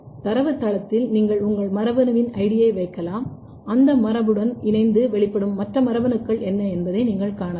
தரவுத்தளத்தில் நீங்கள் உங்கள் மரபணுவின் ஐடியை வைக்கலாம் அந்த மரபணுவுடன் இணைந்து வெளிப்படுத்தப்படும் மரபணுக்கள் என்ன என்பதை நீங்கள் காணலாம்